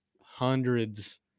hundreds